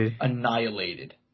annihilated